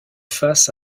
face